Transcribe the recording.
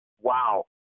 wow